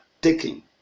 taking